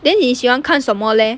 then 你喜欢看什么 leh